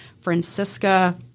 Francisca